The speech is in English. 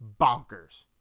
bonkers